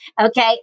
Okay